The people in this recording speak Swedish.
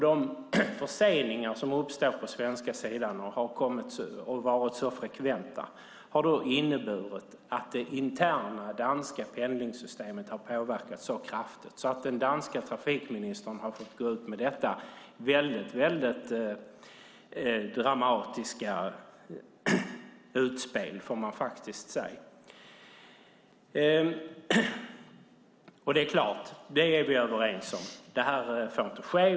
De förseningar som har kommit på den svenska sidan har varit så frekventa att det inneburit att det interna danska pendlingssystemet har påverkats på kraftigt att den danska trafikministern har fått gå ut med detta väldigt dramatiska utspel. Vi är överens om att detta inte får ske.